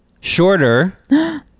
shorter